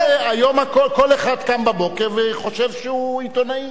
היום כל אחד קם בבוקר וחושב שהוא עיתונאי.